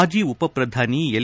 ಮಾಜಿ ಉಪಪ್ರಧಾನಿ ಎಲ್